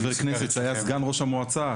חבר כנסת שהיה סגן ראש המועצה,